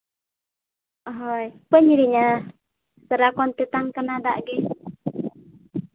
ᱦᱳᱭ ᱵᱟᱹᱧ ᱦᱤᱲᱤᱧᱟ ᱥᱟᱨᱟᱠᱷᱚᱱ ᱛᱮᱛᱟᱝ ᱠᱟᱱᱟ ᱫᱟᱜ ᱜᱮ